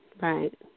Right